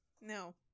no